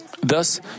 Thus